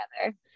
together